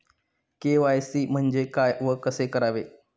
KYC म्हणजे काय व कसे करावे?